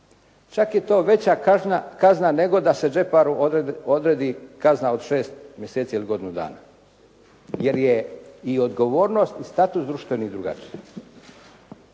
Čak je to veća kazna nego da se džeparu odredi kazna od šest mjeseci ili godinu dana jer je i odgovornost i status društveni drugačiji.